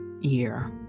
year